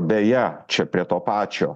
beje čia prie to pačio